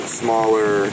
smaller